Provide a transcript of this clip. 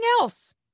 else